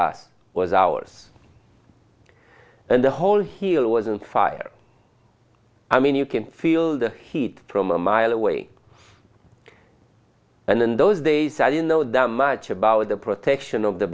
us was ours and the hole here wasn't fired i mean you can feel the heat from a mile away and in those days i didn't know the much about the protection of the